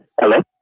Hello